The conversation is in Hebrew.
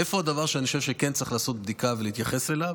איפה הדבר שאני חושב שכן צריך לעשות בדיקה ולהתייחס אליו?